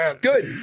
good